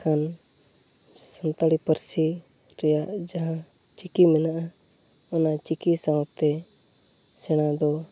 ᱠᱷᱟᱱ ᱥᱟᱱᱛᱟᱲᱤ ᱯᱟᱹᱨᱥᱤ ᱨᱮᱭᱟᱜ ᱡᱟᱦᱟᱸ ᱪᱤᱠᱤ ᱢᱮᱱᱟᱜᱼᱟ ᱚᱱᱟ ᱪᱤᱠᱤ ᱥᱟᱶᱛᱮ ᱥᱮᱬᱟᱫᱚ